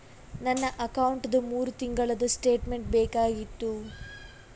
ನನ್ನ ಅಕೌಂಟ್ದು ಮೂರು ತಿಂಗಳದು ಸ್ಟೇಟ್ಮೆಂಟ್ ಬೇಕಾಗಿತ್ತು?